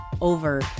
Over